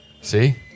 See